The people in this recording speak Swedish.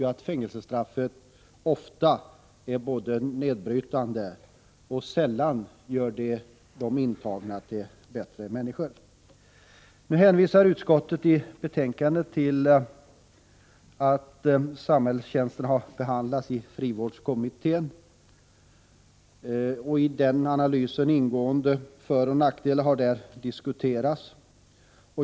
Vidare är fängelsestraffet ofta nedbrytande och gör sällan de intagna till bättre människor. Utskottet hänvisar i betänkandet till att frågan om samhällstjänst har behandlats i frivårdskommittén. I dess analys har föroch nackdelar ingående diskuterats.